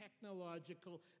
technological